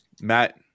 Matt